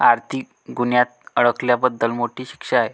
आर्थिक गुन्ह्यात अडकल्याबद्दल मोठी शिक्षा आहे